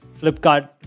Flipkart